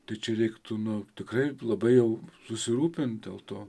tai čia reiktų nu tikrai labai jau susirūpint dėl to